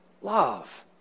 love